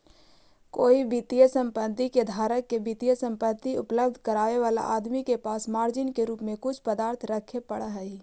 कोई वित्तीय संपत्ति के धारक के वित्तीय संपत्ति उपलब्ध करावे वाला आदमी के पास मार्जिन के रूप में कुछ पदार्थ रखे पड़ऽ हई